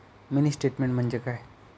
Mini statement म्हणजे काय?